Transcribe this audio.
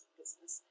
business